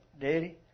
Daddy